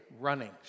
running